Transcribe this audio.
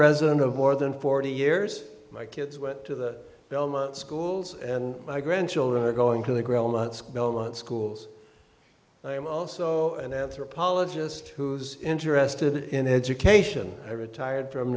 resident of more than forty years my kids went to the belmont schools and my grandchildren are going to grow months belmont schools i am also an anthropologist who's interested in education i retired from